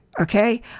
Okay